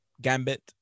gambit